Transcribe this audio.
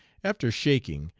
after shaking,